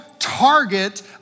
target